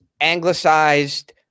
anglicized